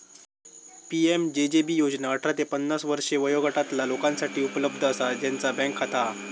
PMJJB योजना अठरा ते पन्नास वर्षे वयोगटातला लोकांसाठी उपलब्ध असा ज्यांचा बँक खाता हा